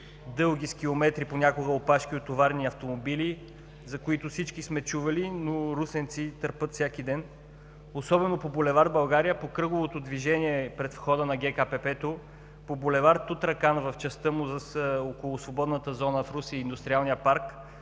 дълги километри опашки от товарни автомобили, за които всички сме чували, но русенци търпят всеки ден, особено по бул. „България“, по кръговото движение пред входа на ГКПП-то, по бул. „Тутракан“, в частта му около свободната зона в Русе и Индустриалния парк.